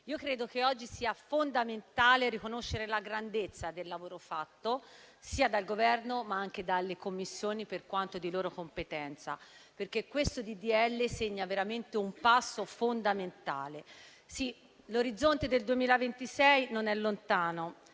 credo che oggi sia fondamentale riconoscere la grandezza del lavoro svolto, sia dal Governo che dalle Commissioni per quanto di loro competenza, perché questo disegno di legge segna veramente un passo fondamentale. Sì, l'orizzonte del 2026 non è lontano.